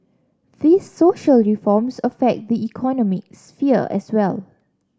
these social reforms affect the economic sphere as well